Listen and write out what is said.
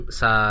sa